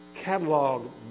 catalog